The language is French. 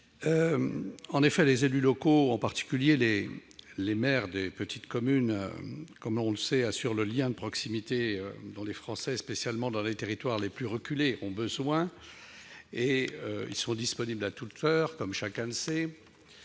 Guené. Les élus locaux, en particulier les maires des petites communes, assurent le lien de proximité dont les Français, spécialement dans les territoires les plus reculés, ont besoin. Ils sont disponibles à toute heure, et exercent leur